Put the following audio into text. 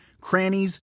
crannies